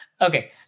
Okay